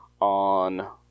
On